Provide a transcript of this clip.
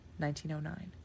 1909